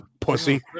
Pussy